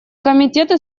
комитеты